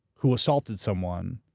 who assaulted someone,